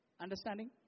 understanding